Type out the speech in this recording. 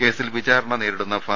കേസിൽ വിചാരണ നേരിടുന്ന ഫാ